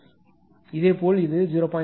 இதேபோல் இது 0